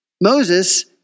Moses